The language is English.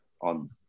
on